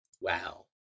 Wow